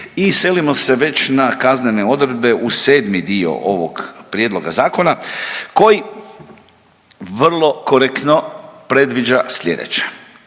I selimo se već na kaznene odredbe u sedmi dio ovog prijedloga zakona koji vrlo korektno predviđa sljedeće,